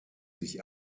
sich